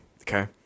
okay